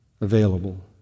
available